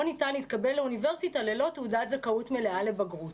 ניתן להתקבל לאוניברסיטה ללא תעודת זכאות מלאה לבגרות.